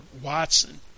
Watson